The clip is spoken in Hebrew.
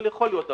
אבל יכול להיות.